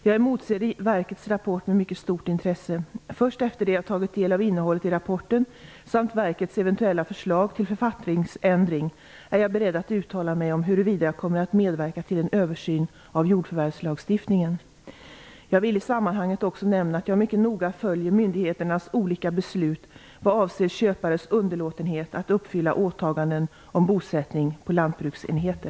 Jag emotser verkets rapport med mycket stort intresse. Först efter det att jag tagit del av innehållet i rapporten samt verkets eventuella förslag till författningsändring är jag beredd att uttala mig om huruvida jag kommer att medverka till en översyn av jordförvärvslagstiftningen. Jag vill i sammanhanget också nämna att jag mycket noga följer myndigheternas olika beslut vad avser köpares underlåtenhet att uppfylla åtaganden om bosättning på lantbruksenheter.